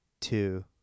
two